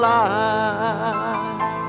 life